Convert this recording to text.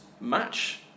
match